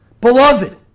Beloved